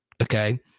Okay